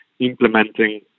implementing